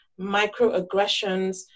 microaggressions